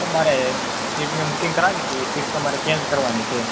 sir મારે seat મેં booking કરાવી હતી સીટ તો મારે ચેન્જ કરવાની છે